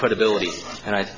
credibility and i